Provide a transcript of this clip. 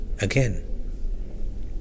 Again